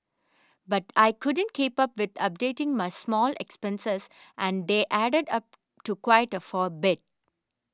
but I couldn't keep up with updating my small expenses and they added up to quite a fall bit